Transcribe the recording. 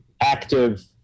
active